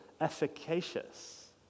efficacious